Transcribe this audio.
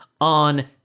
on